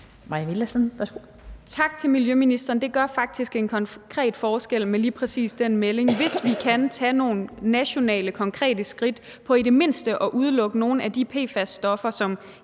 Mai Villadsen (EL): Tak til miljøministeren. Det gør faktisk en konkret forskel med lige præcis den melding, altså hvis vi kan tage nogle nationale konkrete skridt for i det mindste at udelukke nogle af de PFAS-stoffer, som